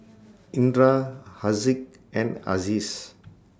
Indra Haziq and Aziz